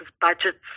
budgets